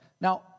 Now